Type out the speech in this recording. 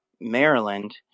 Maryland